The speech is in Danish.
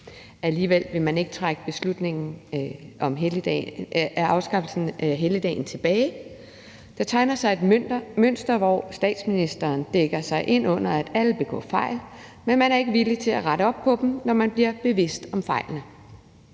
Alligevel vil man ikke trække beslutningen om afskaffelsen af helligdagen tilbage. Der tegner sig et mønster, hvor statsministeren dækker sig ind under, at alle begår fejl, men man er ikke villig til at rette op på dem, når man bliver bevidst om fejlene.